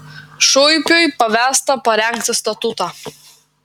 šuipiui pavesta parengti statutą